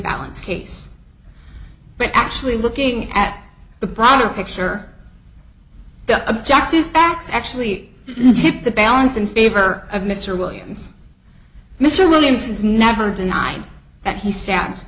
balance case but actually looking at the broader picture the objective facts actually tipped the balance in favor of mr williams mr williams has never denied that he s